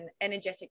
energetic